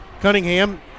Cunningham